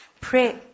pray